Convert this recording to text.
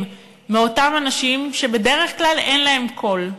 מאותם אנשים שבדרך כלל אין להם קול.